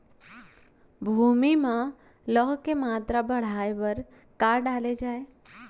भूमि मा लौह के मात्रा बढ़ाये बर का डाले जाये?